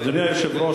אדוני היושב-ראש,